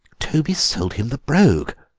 toby's sold him the brogue!